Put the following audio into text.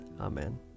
Amen